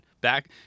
back